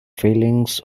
feelings